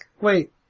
Wait